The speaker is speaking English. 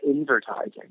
advertising